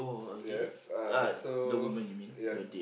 yes uh so yes